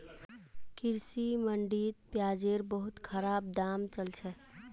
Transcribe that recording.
कृषि मंडीत प्याजेर बहुत खराब दाम चल छेक